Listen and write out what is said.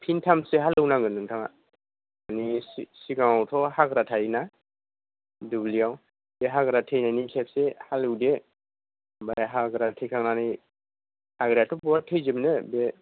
फिनथामसो हालौनांगोन नोंथाङा मानि सिगाङावथ' हाग्रा थायोना बिजों बे हाग्रा थैनायनि खेबसे हालौदो ओमफाय हाग्रा थैखांनानै हाग्राथ' बहा थैजोबनो बे